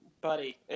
buddy